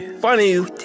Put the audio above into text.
funny